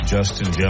Justin